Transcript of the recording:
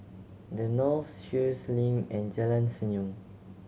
The Knolls Sheares Link and Jalan Senyum